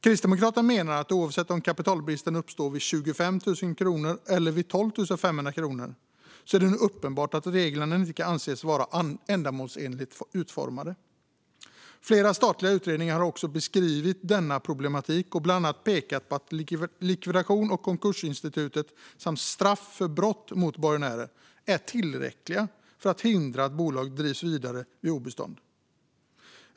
Kristdemokraterna menar att oavsett om kapitalbristen uppstår vid 25 000 kronor eller vid 12 500 kronor är det uppenbart att reglerna inte kan anses vara ändamålsenligt utformade. Flera statliga utredningar har också beskrivit denna problematik och bland annat pekat på att likvidations och konkursinstitutet samt straffen för brott mot borgenärer är tillräckliga för att hindra att bolag drivs vidare vid obestånd.